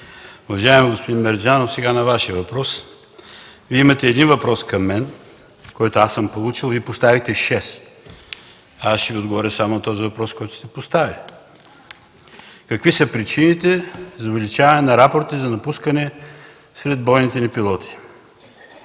Уважаеми господин Мерджанов, сега на Вашия въпрос. Вие имате един въпрос към мен, който аз съм получил, а поставихте шест. Ще Ви отговоря само на този въпрос, който сте поставили: какви са причините за увеличаване на рапорти за напускане сред бойните ни пилоти?